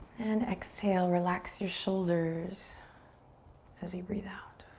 and exhale, relax your shoulders as you breathe out.